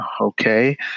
Okay